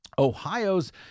Ohio's